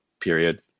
period